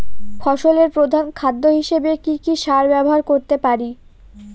ফসলের প্রধান খাদ্য হিসেবে কি কি সার ব্যবহার করতে পারি?